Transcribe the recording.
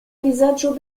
vizaĝo